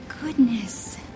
goodness